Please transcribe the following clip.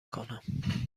کنم